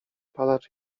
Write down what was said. palacz